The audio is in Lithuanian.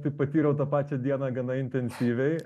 tai patyriau tą pačią dieną gana intensyviai